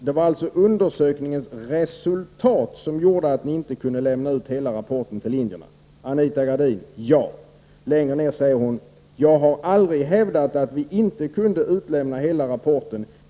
Det var alltså undersökningens resultat som gjorde att ni inte kunde lämna hela rapporten till indierna?” På den frågan svarade Anita Gradin ja. Längre ned på samma sida säger hon: ”Jag har aldrig hävdat att vi inte kunde utlämna hela rapporten.